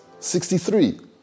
63